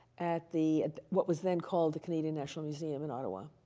at the what was then called the canadian national museum in ottawa.